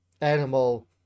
animal